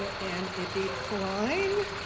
and idit klein,